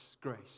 grace